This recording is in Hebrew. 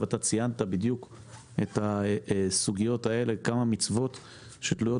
אתה ציינת את כמות המצוות שתלויות